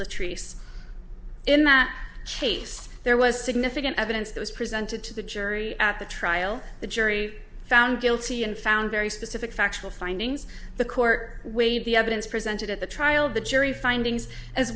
the trees in that case there was significant evidence that was presented to the jury at the trial the jury found guilty and found very specific factual findings the court weighed the evidence presented at the trial the jury findings as